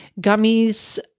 gummies